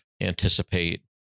anticipate